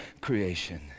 creation